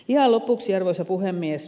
ihan lopuksi arvoisa puhemies